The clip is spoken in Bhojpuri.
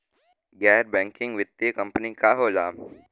गैर बैकिंग वित्तीय कंपनी का होला?